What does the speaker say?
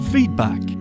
Feedback